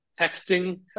texting